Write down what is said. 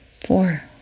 four